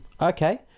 okay